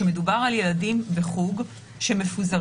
כשמדובר על ילדים בחוג שמפוזרים,